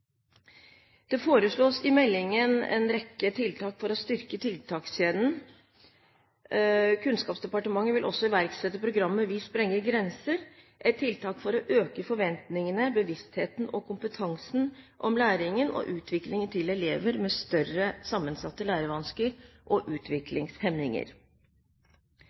meldingen foreslås det en rekke tiltak for å styrke tiltakskjeden. Kunnskapsdepartementet vil også iverksette programmet Vi sprenger grenser, et tiltak for å øke forventningene, bevisstheten og kompetansen om læring og utvikling til elever med større sammensatte lærevansker og utviklingshemninger.